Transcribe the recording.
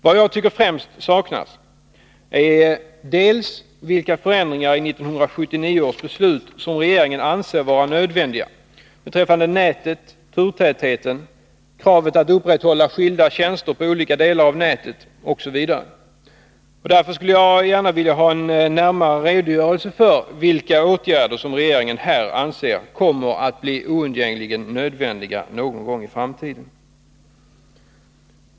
Vad jag tycker främst saknas är vilka förändringar i 1979 års beslut som regeringen anser vara nödvändiga beträffande nätet, turtätheten, kravet att upprätthålla skilda tjänster på olika delar av nätet, osv. Därför skulle jag gärna vilja ha en närmare redogörelse för vilka åtgärder som regeringen här anser kommer att bli oundgängligen nödvändiga någon gång i framtiden.